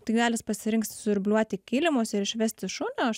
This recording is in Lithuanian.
tai gal jis pasirinks siurbliuoti kilimus ir išvesti šunį o aš